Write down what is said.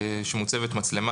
כשמוצבת מצלמה